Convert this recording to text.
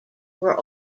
were